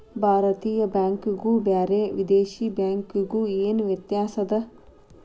ಭಾರತೇಯ ಬ್ಯಾಂಕಿಗು ಬ್ಯಾರೆ ವಿದೇಶಿ ಬ್ಯಾಂಕಿಗು ಏನ ವ್ಯತ್ಯಾಸದ?